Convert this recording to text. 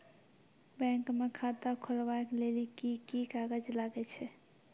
Bank म खाता खोलवाय लेली की की कागज लागै छै?